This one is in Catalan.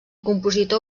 compositor